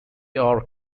are